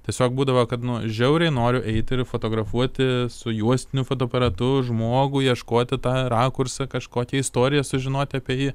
tiesiog būdavo kad nu žiauriai noriu eiti ir fotografuoti su juostiniu fotoaparatu žmogų ieškoti tą rakursą kažkokią istoriją sužinoti apie jį